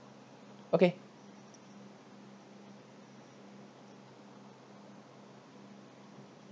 okay